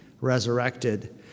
resurrected